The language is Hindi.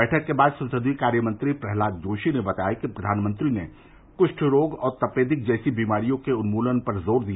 बैठक के बाद संसदीय कार्यमंत्री प्रहलाद जोशी ने बताया कि प्रधानमंत्री ने कुष्ठ रोग और तपेदिक जैसी बीमारियों के उन्मूलन पर जोर दिया